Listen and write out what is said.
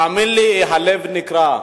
תאמין לי, הלב נקרע.